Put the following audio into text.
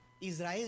Israel